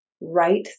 Right